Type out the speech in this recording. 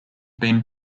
been